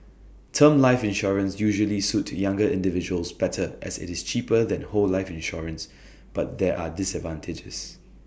term life insurance usually suit younger individuals better as IT is cheaper than whole life insurance but there are disadvantages